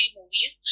movies